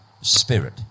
spirit